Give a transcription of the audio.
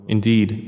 Indeed